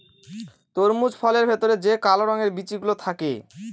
তরমুজ ফলের ভেতরে যে কালো রঙের বিচি গুলো থাকে